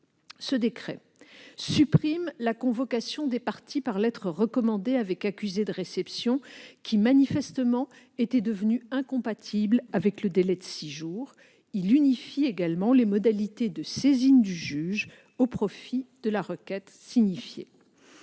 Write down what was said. Ce décret supprime la convocation des parties par lettre recommandée avec accusé de réception, qui manifestement était devenue incompatible avec le délai de six jours. Il unifie également les modalités de saisine du juge au profit de la requête signifiée.